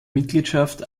mitgliedschaft